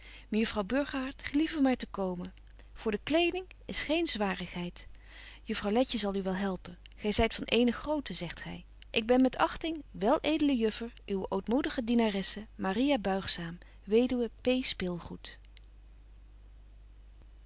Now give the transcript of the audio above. mejuffrouw burgerhart gelieve maar te komen voor de kleding is geen zwarigheid juffrouw letje zal u wel helpen gy zyt van ééne grootte zegt zy ik ben met achting wel edele juffer uwe ootmoedige dienaresse maria buigzaam wed p